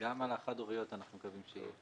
גם על החד הוריות אנחנו מקווים שיהיה.